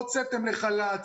הוצאתם לחל"ת,